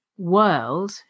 World